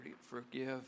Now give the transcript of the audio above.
forgive